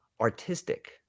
Artistic